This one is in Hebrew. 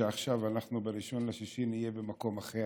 שעכשיו ב-1 ביוני אנחנו נהיה במקום אחר,